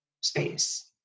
space